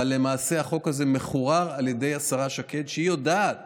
אבל למעשה החוק הזה מחורר על ידי השרה שקד, שיודעת